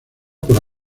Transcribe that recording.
por